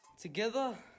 Together